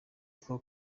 avuga